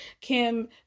Kim